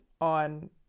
on